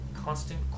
constant